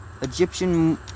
Egyptian